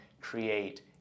create